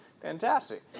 fantastic